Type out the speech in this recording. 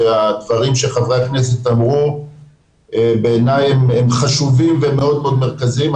והדברים שחברי הכנסת אמרו בעיניי הם חשובים ומאוד מאוד מרכזיים.